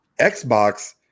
xbox